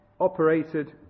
operated